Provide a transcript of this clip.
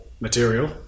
material